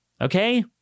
Okay